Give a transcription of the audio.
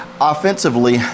Offensively